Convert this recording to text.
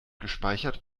gespeichert